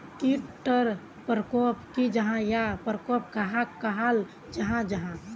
कीट टर परकोप की जाहा या परकोप कहाक कहाल जाहा जाहा?